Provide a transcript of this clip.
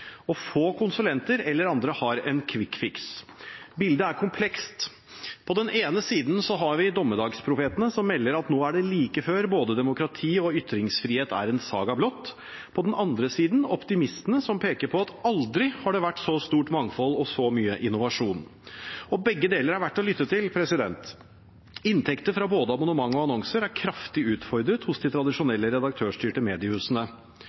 og få konsulenter eller andre har en «quick fix». Bildet er komplekst. På den ene siden har vi dommedagsprofetene, som melder at nå er det like før både demokrati og ytringsfrihet er en saga blott, på den andre siden optimistene, som peker på at aldri har det vært så stort mangfold og så mye innovasjon. Begge deler er verdt å lytte til. Inntekter fra både abonnement og annonser er kraftig utfordret hos de tradisjonelle, redaktørstyrte mediehusene.